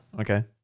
Okay